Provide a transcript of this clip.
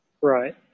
right